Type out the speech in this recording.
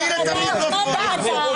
משפטי, אפשר לקבל חוות דעת.